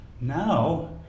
Now